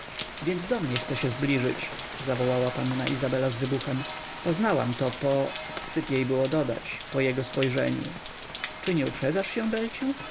więc do mnie chce się zbliżyć zawołała panna izabela z wybuchem poznałam to po wstyd jej było dodać po jego spojrzeniu czy nie uprzedzasz się